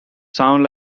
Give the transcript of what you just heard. sound